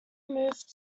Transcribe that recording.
moved